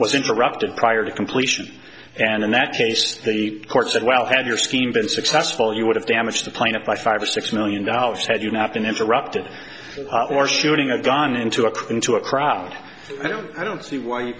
was interrupted prior to completion and in that case the court said well had your scheme been successful you would have damaged the plaintiff by five or six million dollars had you not been interrupted hot or shooting a gun into a coup into a crowd i don't i don't see why you